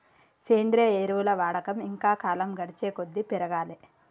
సేంద్రియ ఎరువుల వాడకం ఇంకా కాలం గడిచేకొద్దీ పెరగాలే